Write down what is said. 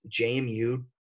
JMU